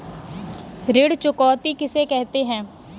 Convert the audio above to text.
ऋण चुकौती किसे कहते हैं?